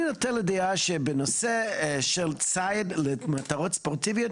אני נוטה לדעה שבנושא של ציד למטרות ספורטיביות